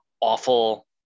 awful